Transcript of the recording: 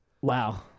Wow